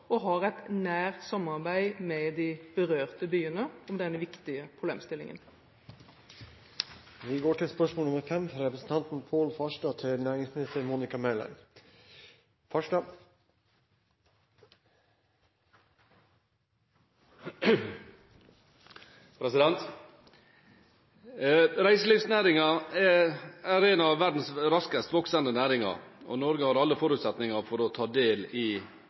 og har et nært samarbeid med de berørte byene om denne viktige problemstillingen. «Reiselivsnæringen er en av verdens raskest voksende næringer, og Norge har alle forutsetninger for å ta del i veksten. Skal reiselivet kunne utnytte sitt potensial, trengs en sterkere profesjonalisering og omstrukturering av næringen. I strategi «Destinasjon Norge», vedtatt i